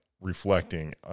reflecting